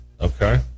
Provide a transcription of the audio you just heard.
Okay